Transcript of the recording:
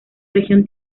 región